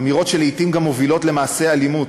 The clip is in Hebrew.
אמירות שלעתים גם מובילות למעשי אלימות,